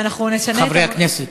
חברי הכנסת.